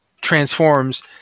transforms